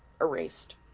erased